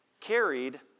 carried